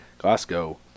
Glasgow